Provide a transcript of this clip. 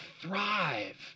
thrive